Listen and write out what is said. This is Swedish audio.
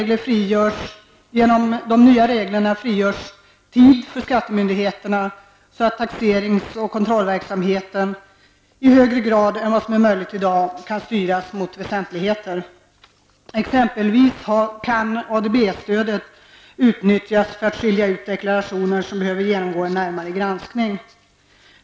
Genom de nya reglerna frigörs tid för skattemyndigheterna så att taxerings och kontrollverksamheten i högre grad än vad som är möjligt i dag kan styras mot väsentligheter. Exempelvis kan ADB-stödet utnyttjas för att skilja ut deklarationer som behöver genomgå en närmare granskning.